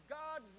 god